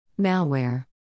Malware